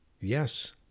Yes